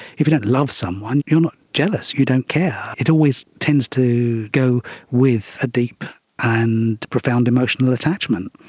if you don't love someone, you're not jealous, you don't care. it always tends to go with a deep and profound emotional attachment.